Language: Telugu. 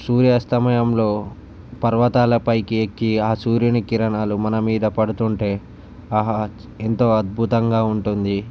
సూర్యాస్తమయంలో పర్వతాల పైకి ఎక్కి ఆ సూర్యూని కిరణాలు మన మీద పడుతుంటే ఆహా ఎంతో అద్భుతంగా ఉంటుంది